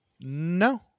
No